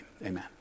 Amen